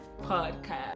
podcast